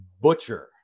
Butcher